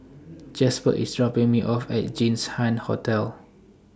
Jasper IS dropping Me off At Jinshan Hotel